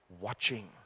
watching